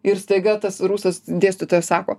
ir staiga tas rusas dėstytojas sako